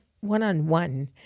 one-on-one